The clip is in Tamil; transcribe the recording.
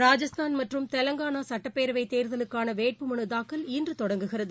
ராஜஸ்தான் மற்றும் தெலுங்கானா சுட்டப்பேரவை தேர்தலுக்கான வேட்பு மனு தாக்கல் இன்று தொடங்குகிறது